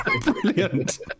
Brilliant